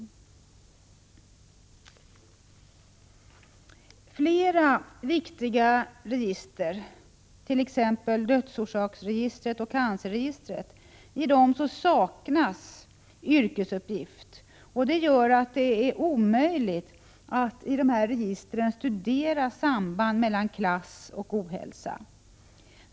I flera viktiga register — t.ex. dödsorsaksregistret och cancerregistret — saknas yrkesuppgift, vilket gör det omöjligt att i dessa register studera samband mellan klass och ohälsa.